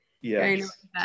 yes